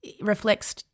reflects